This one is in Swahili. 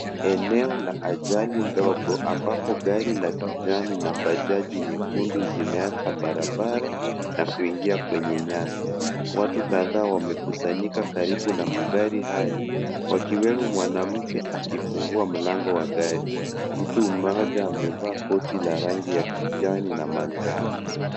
Eneo la ajali ndogo ambapo gari la kijani na bajaji nyekundu zimeacha barabara na kuingia kwenye nyasi. Watu kadhaa wameskusanyika karibu na magari haya wakiwemo mwanamke akifungua mlango wa gari. Mtu mmoja amevaa koti la rangi ya kijani na manjano.